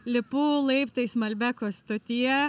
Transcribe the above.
lipu laiptais malbeko stotyje